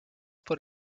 por